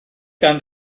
gan